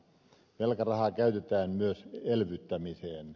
velkarahaa käytetään myös elvyttämiseen